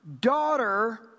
daughter